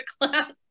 class